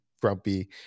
Grumpy